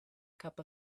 cup